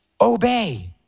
Obey